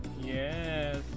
Yes